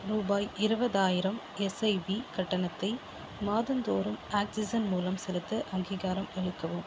ரூபாய் இருபதாயிரம் எஸ்ஐபி கட்டணத்தை மாதந்தோறும் ஆக்ஸிஜன் மூலம் செலுத்த அங்கீகாரம் அளிக்கவும்